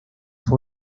fue